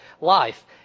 life